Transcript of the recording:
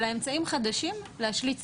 אלא אמצעים חדשים להשליט סדר.